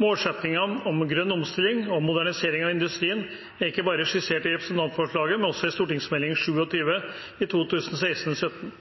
Målsettingene om grønn omstilling og modernisering av industrien er skissert ikke bare i representantforslaget, men også i Meld. St. 27 for 2016–2017,